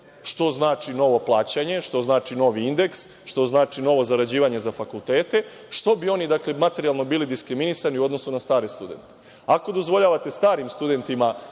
što znači novo plaćanje, što znači novi indeks, što znači novo zarađivanje za fakultete. Zašto bi oni bili materijalno diskriminisani u odnosu na stare studente? Ako dozvoljavate starim studentima